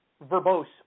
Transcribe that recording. verbose